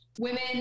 women